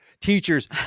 Teachers